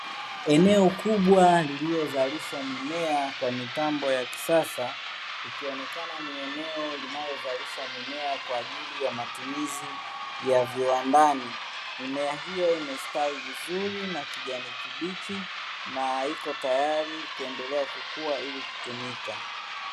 Eneo kubwa lililozalishwa mimea kwa mitambo ya kisasa likionekana ni eneo linalozalisha mimea kwa ajili ya matumizi ya viwandani, mimea hiyo imestawi vizuri na kijani kibichi na iko tayari kuendelea kukua ili kutumika.